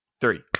three